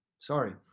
Sorry